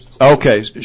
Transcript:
Okay